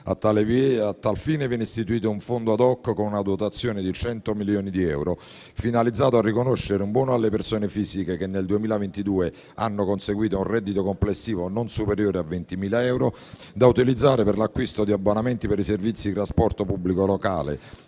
A tal fine, viene istituito un fondo *ad hoc*, con una dotazione di cento milioni di euro finalizzato a riconoscere un buono alle persone fisiche che nel 2022 hanno conseguito un reddito complessivo non superiore a 20.000 euro da utilizzare per l'acquisto di abbonamenti per i servizi di trasporto pubblico locale,